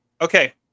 Okay